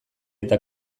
eta